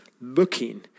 looking